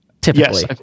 typically